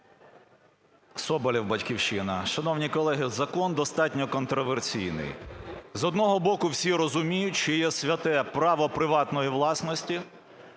Соболєв, "Батьківщина". Шановні колеги, закон достатньо контроверсійний. З одного боку, всі розуміють, що є святе право приватної власності,